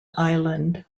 island